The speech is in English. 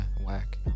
whack